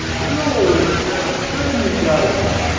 lord, what a turn you gave me!